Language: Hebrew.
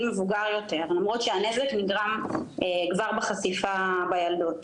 מאוחר יותר למרות שהנזק נגרם כבר בחשיפה בילדות,